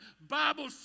Bible